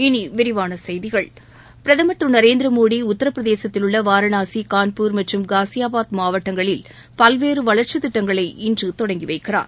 இனி விரிவான செய்திகள் பிரதமர் திரு நரேந்திர மோடி உத்திரபிரதேசத்திலுள்ள வாரணாசி கான்பூர் மற்றும் காசியாபாத் மாவட்டங்களில் பல்வேறு வளர்ச்சி திட்டங்களை இன்று தொடங்கி வைக்கிறார்